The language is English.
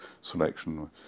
selection